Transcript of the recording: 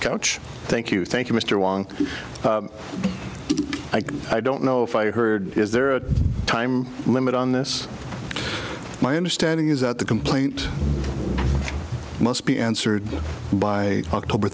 couch thank you thank you mr wong i can i don't know if i heard is there a time limit on this my understanding is that the complaint must be answered by october